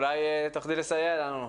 אולי תוכלי לסייע לנו.